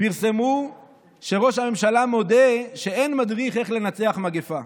פרסמו שראש הממשלה מודה שאין מדריך איך לנצח מגפה.